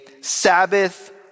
Sabbath